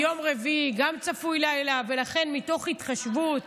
ביום רביעי גם צפוי לילה, ולכן, מתוך התחשבות